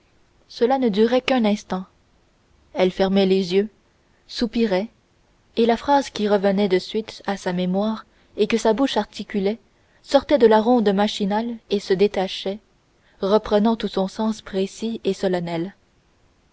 cela ne durait qu'un instant elle fermait les yeux soupirait et la phrase qui revenait de suite à sa mémoire et que sa bouche articulait sortait de la ronde machinale et se détachait reprenant tout son sens précis et solennel